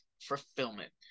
fulfillment